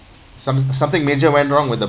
some something major went wrong with the